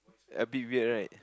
a bit weird right